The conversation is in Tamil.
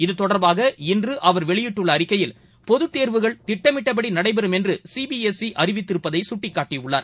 இது தொடர்பாக இன்றுஅவர் வெளியிட்டுள்ளஅறிக்கையில் பொதுத் திட்டமிட்டபடிநடைபெறும் தேர்வுகள் என்றுசிபி எஸ் இ அறிவித்திருப்பதைசுட்டிக்காட்டியுள்ளார்